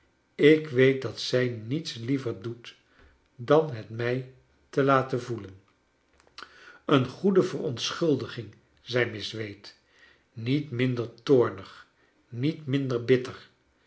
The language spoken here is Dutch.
ik weet dat zrj niets liever doet dan het mij te laten voelen een goede verontschuldiging zei miss wade niet minder toornig niet minder bitter